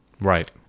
right